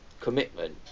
commitment